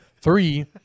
Three